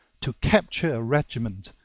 to capture a regiment,